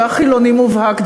הוא היה חילוני מובהק,